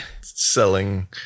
selling